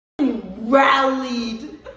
rallied